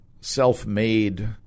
self-made